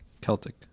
Celtic